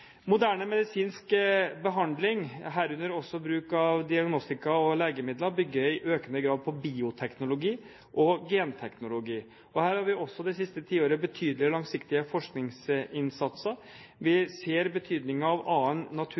Moderne medisinsk behandling, herunder også bruk av diagnostikk og legemidler, bygger i økende grad på bioteknologi og genteknologi. Her har vi også det siste tiåret betydelige og langsiktige forskningsinnsatser. Vi ser betydningen av annen